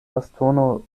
bastono